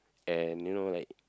and you know like